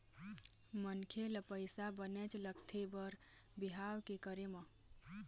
मनखे ल पइसा बनेच लगथे बर बिहाव के करे म